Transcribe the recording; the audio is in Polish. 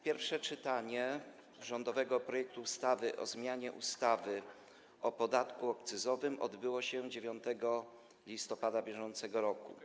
Pierwsze czytanie rządowego projektu ustawy o zmianie ustawy o podatku akcyzowym odbyło się 9 listopada br.